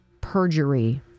Perjury